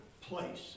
place